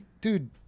dude